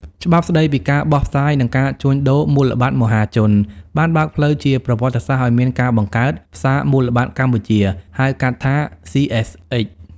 ច្បាប់ស្ដីពីការបោះផ្សាយ និងការជួញដូរមូលបត្រមហាជន បានបើកផ្លូវជាប្រវត្តិសាស្ត្រឱ្យមានការបង្កើត "ផ្សារមូលបត្រកម្ពុជា" (ហៅកាត់ថា CSX)។